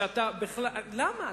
למה,